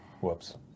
Whoops